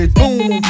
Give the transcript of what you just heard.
boom